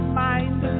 mind